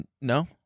No